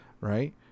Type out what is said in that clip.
right